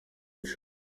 icumi